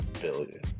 billion